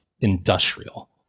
industrial